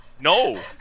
No